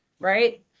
Right